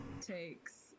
takes